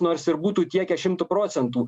nors ir būtų tiekia šimtu procentų